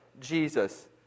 Jesus